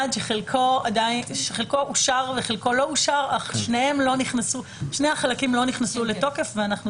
שחלקו אושר וחלקו לא אושר אך שני החלקים לא נכנסו לתוקף ואנחנו